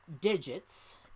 digits